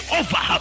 over